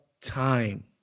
time